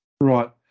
Right